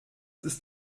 ist